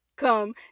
Come